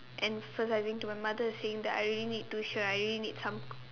and first I bring to my mother saying that I really need tuition I really need some